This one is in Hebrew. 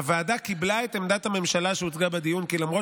הוועדה קיבלה את עמדת הממשלה שהוצגה בדיון כי למרות